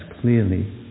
clearly